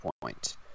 point